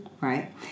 right